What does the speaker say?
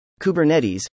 Kubernetes